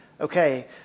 okay